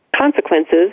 consequences